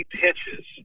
pitches